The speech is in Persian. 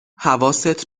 حواست